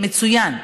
מצוין,